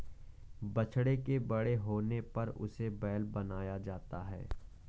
बछड़े के बड़े होने पर उसे बैल बनाया जाता है